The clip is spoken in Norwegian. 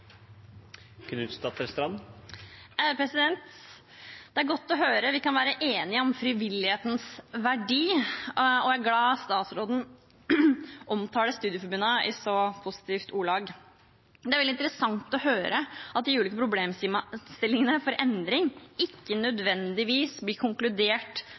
godt å høre at vi kan være enige om frivillighetens verdi, og jeg er glad for at statsråden omtaler studieforbundene i så positive ordelag. Det er veldig interessant å høre at det for de ulike problemstillingene for endring ikke nødvendigvis blir konkludert